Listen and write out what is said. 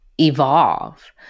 evolve